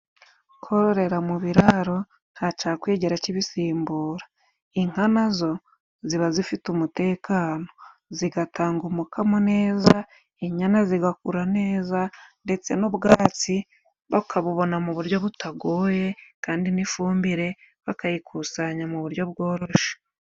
Kororera mu biraro ntacakwigera kibisimbura. Inka nazo ziba zifite umutekano. Zigatanga umukamo neza, inyana zigakura neza ,ndetse n'ubwatsi bakabubona mu buryo butagoye, kandi n'ifumbire bakayikusanya mu buryo bworoshe.